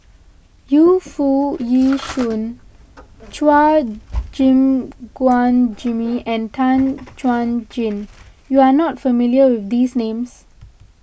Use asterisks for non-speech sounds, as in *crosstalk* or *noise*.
Yu Foo Yee *noise* Shoon Chua Gim Guan Jimmy and Tan *noise* Chuan Jin you are not familiar with these names